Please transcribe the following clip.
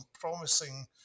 promising